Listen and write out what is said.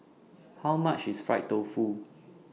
How much IS Fried Tofu